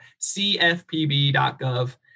cfpb.gov